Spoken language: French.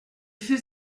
fait